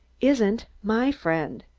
isn't my friend.